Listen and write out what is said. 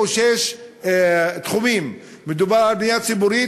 או שישה תחומים: מדובר על בנייה ציבורית,